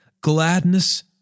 gladness